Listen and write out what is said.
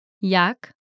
Jak